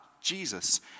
Jesus